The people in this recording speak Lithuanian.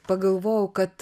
pagalvojau kad